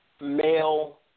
male